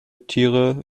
tiere